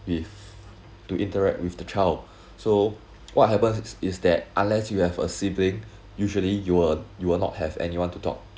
with to interact with the child so what happens is that unless you have a sibling usually you will you will not have anyone to talk